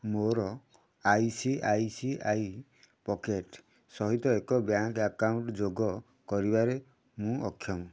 ମୋର I C I C I pocket ସହିତ ଏକ ବ୍ୟାଙ୍କ୍ ଆକାଉଣ୍ଟ୍ ଯୋଗ କରିବାରେ ମୁଁ ଅକ୍ଷମ